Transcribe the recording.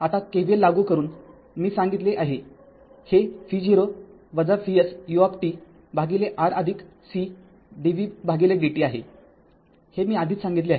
आता KVL लागू करूनमी सांगितले आहे हे v Vs uR c dvdt आहे हे मी आधीच सांगितले आहे